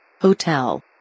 Hotel